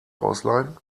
ausleihen